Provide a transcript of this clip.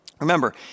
Remember